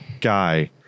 guy